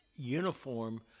uniform